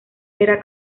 era